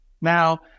Now